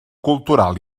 cultural